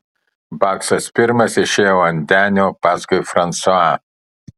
baksas pirmas išėjo ant denio paskui fransuą